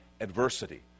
Adversity